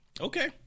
Okay